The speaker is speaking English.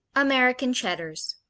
american cheddars